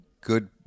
good